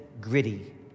gritty